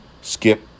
Skip